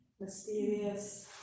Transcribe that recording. Mysterious